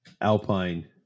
Alpine